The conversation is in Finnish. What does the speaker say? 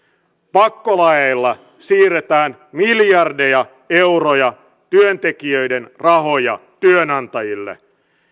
pakkolaeilla siirretään miljardeja euroja työntekijöiden rahoja työnantajille